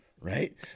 right